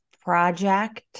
Project